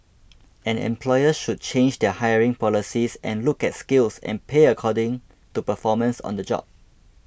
and employers should change their hiring policies and look at skills and pay according to performance on the job